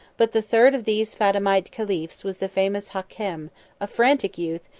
but the third of these fatimite caliphs was the famous hakem, a frantic youth,